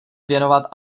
věnovat